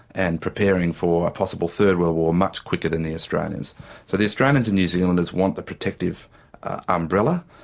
and preparing for a possible third world war much quicker than the australians. so the australians and new zealanders want the protective umbrella,